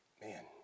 man